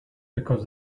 because